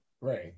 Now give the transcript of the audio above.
right